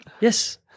Yes